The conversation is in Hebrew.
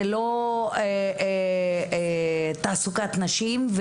זה לא תעסוקת נשים,